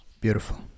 Beautiful